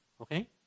Okay